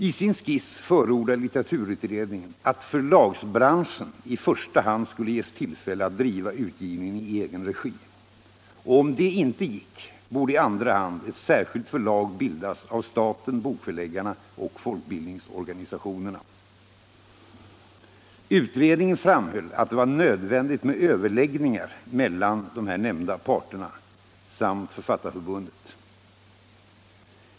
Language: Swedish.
I sin skiss förordade litteraturutredningen att förlagsbranschen i första hand skulle ges tillfälle att driva utgivningen i egen r2gi. Om det inte gick, borde i andra hand ett särskilt förlag bildas av staten, bokförläggarna och folkbildningsorganisationerna. Utredningen framhöll aut det var nödvändigt med överläggningar mellan de nämnda parterna samt Författarförbundet.